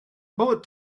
bullet